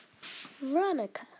Veronica